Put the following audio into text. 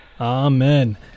Amen